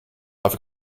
i’ve